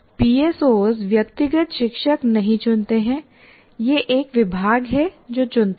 PSO व्यक्तिगत शिक्षक नहीं चुनते हैं यह एक विभाग है जो चुनता है